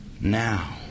Now